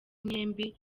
mwembi